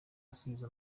asubiza